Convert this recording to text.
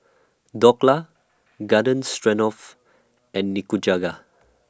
Dhokla Garden Stroganoff and Nikujaga